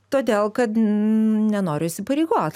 todėl kad n nenoriu įsipareigot